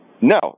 No